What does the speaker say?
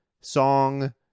song